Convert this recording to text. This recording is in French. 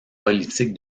politique